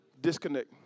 disconnect